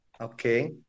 Okay